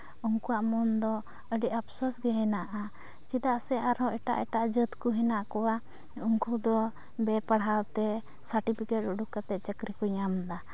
ᱩᱝᱠᱩᱣᱟᱜ ᱢᱚᱱ ᱫᱚ ᱟᱹᱰᱤ ᱟᱯᱥᱳᱥ ᱜᱮ ᱦᱮᱱᱟᱜᱼᱟ ᱪᱮᱫᱟᱜ ᱥᱮ ᱟᱨᱦᱚᱸ ᱮᱴᱟᱜ ᱮᱴᱟᱜ ᱡᱟᱹᱛ ᱠᱚ ᱦᱮᱱᱟᱜ ᱠᱚᱣᱟ ᱩᱝᱠᱩ ᱫᱚ ᱵᱮᱼᱯᱟᱲᱦᱟᱣ ᱛᱮ ᱥᱟᱨᱴᱤᱯᱷᱤᱠᱮᱴ ᱩᱰᱩᱠ ᱠᱟᱛᱮᱫ ᱪᱟᱹᱠᱨᱤ ᱠᱚ ᱧᱟᱢᱫᱟ